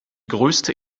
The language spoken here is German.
größte